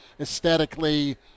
aesthetically